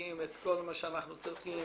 להתאים את כל מה שאנחנו צריכים,